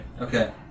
Okay